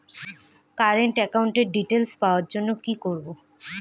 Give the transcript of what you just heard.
Current একাউন্টের details পাওয়ার জন্য কি করব?